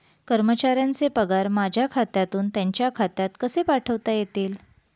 कर्मचाऱ्यांचे पगार माझ्या खात्यातून त्यांच्या खात्यात कसे पाठवता येतील?